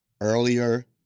earlier